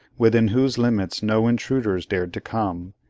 within whose limits no intruders dared to come,